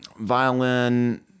violin